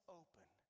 open